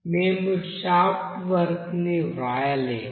మేము shaft work ని వ్రాయలేము